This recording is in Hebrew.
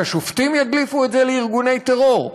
שהשופטים ידליפו את זה לארגוני טרור?